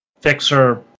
fixer